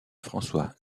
françois